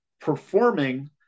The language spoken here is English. performing